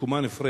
"בקומה נפרדת".